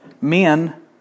men